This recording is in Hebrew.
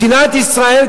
מדינת ישראל,